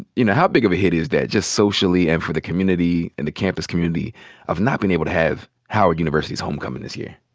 you know, how big of a hit is that just socially and for the community and the campus community of not being able to have howard university's homecoming this year?